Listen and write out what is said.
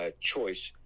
choice